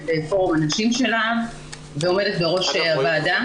את פורום הנשים של להב ועומדת בראש הוועדה.